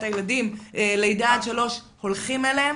הילדים בגיל לידה עד שלוש הולכים אליהם.